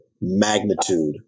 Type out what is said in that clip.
magnitude